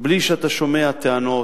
מבלי שאתה שומע טענות.